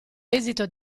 esito